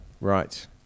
right